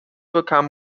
bekam